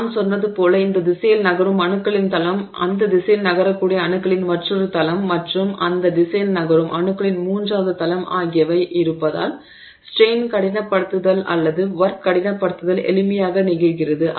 நான் சொன்னது போல இந்த திசையில் நகரும் அணுக்களின் தளம் அந்த திசையில் நகரக்கூடிய அணுக்களின் மற்றொரு தளம் மற்றும் அந்த திசையில் நகரும் அணுக்களின் மூன்றாவது தளம் ஆகியவை இருப்பதால் ஸ்ட்ரெய்ன் கடினப்படுத்துதல் அல்லது ஒர்க் கடினப்படுத்துதல் எளிமையாக நிகழ்கிறது